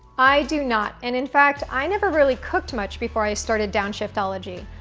i do not, and in fact, i never really cooked much before i started downshiftology.